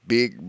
Big